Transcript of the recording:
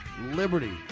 liberty